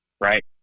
Right